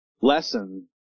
lesson